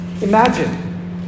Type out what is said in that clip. Imagine